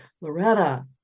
loretta